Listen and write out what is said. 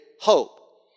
hope